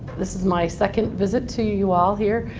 this is my second visit to you all here.